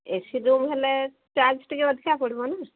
AC room ହେଲେ charge ଟିକେ ଅଧିକା ପଡ଼ିବ ନା